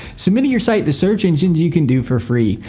submitting your site to search engines you can do for free.